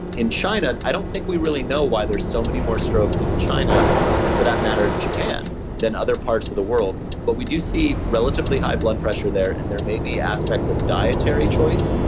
in china i don't think we really know why there's so many strokes in china and for that matter japan than other parts of the world, but we do see relatively high blood pressure there and there may be aspects of dietary choice,